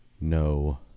No